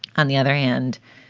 on the other hand,